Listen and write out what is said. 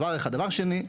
דבר שני,